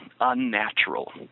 unnatural